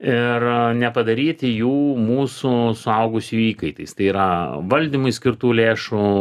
ir nepadaryti jų mūsų suaugusiųjų įkaitais tai yra valdymui skirtų lėšų